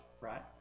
right